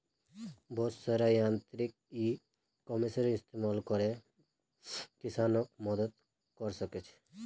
बहुत सारा यांत्रिक इ कॉमर्सेर इस्तमाल करे किसानक मदद क र छेक